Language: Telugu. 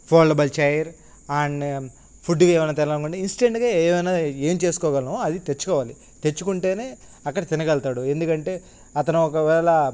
ఫోల్డబుల్ చెయిర్ అండ్ ఫుడ్కి ఏమైనా తినాలనుకుంటే ఇన్స్టెంట్గా ఏదైనా ఏమి చేసుకోగలమో అది తెచ్చుకోవాలి తెచ్చుకుంటేనే అక్కడ తినగలుగుతాడు ఎందుకంటే అతను ఒకవేళ